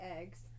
eggs